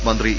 മന്ത്രി ഇ